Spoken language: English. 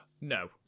No